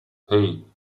hei